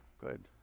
Good